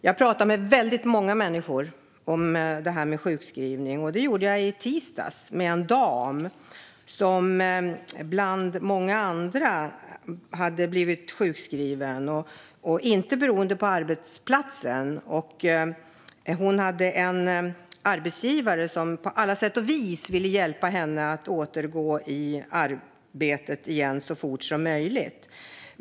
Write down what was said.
Jag pratar med väldigt många människor om sjukskrivningar. Jag gjorde det senast i tisdags, då jag pratade med en dam som liksom många andra hade blivit sjukskriven. Det berodde inte på arbetsplatsen, utan hon hade en arbetsgivare som på alla sätt och vis ville hjälpa henne att återgå i arbete så fort som möjligt.